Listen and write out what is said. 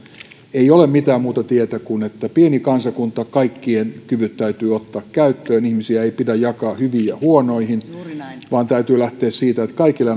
ei ole mitään muuta tietä kuin se että pienessä kansakunnassa kaikkien kyvyt täytyy ottaa käyttöön ihmisiä ei pidä jakaa hyviin ja huonoihin vaan täytyy lähteä siitä että kaikille